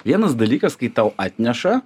vienas dalykas kai tau atneša